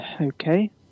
okay